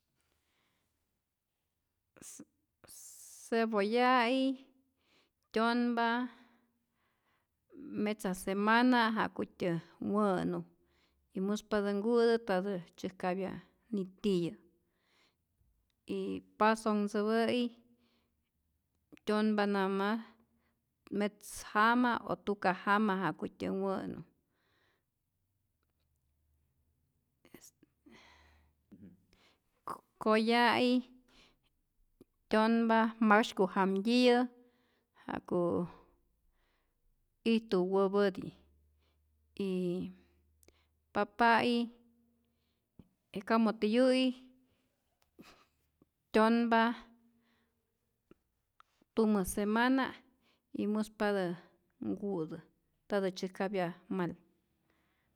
Cebolla'i tyonpa metza semana ja'kutyä wä'nu y muspatä nku'tä ntatä tzyäjkapya nitiyä, y pasonh ntzäpä'i tyonpa namas metz jama o tuka jama ja'kutyä wä'nu, ko koya'i tyonpa maksyku jamtyiyä ja'ku ijtu wäpäti, y papa'i kamotiyu'i tyonpa tumä semana' y muspatä nku'tä ntatä tzyäjkapya mal.